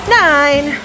nine